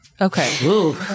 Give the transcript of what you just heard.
Okay